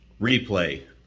replay